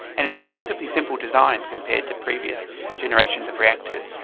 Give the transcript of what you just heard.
and it's a relatively simple design compared to previous generations of reactors,